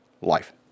life